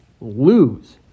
lose